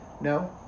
No